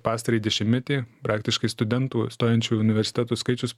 pastarąjį dešimtmetį praktiškai studentų stojančių į universitetus skaičius